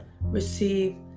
receive